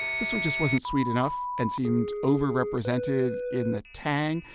this one just wasn't sweet enough and seemed overrepresented in the tang.